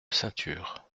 ceinture